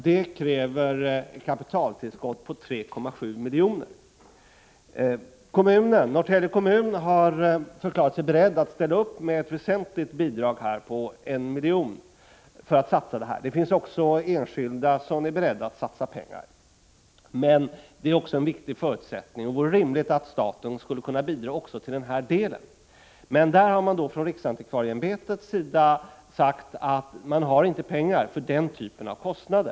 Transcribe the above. Det kräver ett kapitaltillskott på 3,7 milj.kr. Norrtälje kommun har förklarat sig beredd att ställa upp med ett väsentligt bidrag, på 1 miljon. Även enskilda personer är beredda att satsa pengar, men det är också en viktig förutsättning, och rimlig, att staten bidrar även när det gäller den här delen. Härvidlag har man alltså från riksantikvarieämbetets sida sagt att man inte har pengar för att bestrida denna typ av kostnad.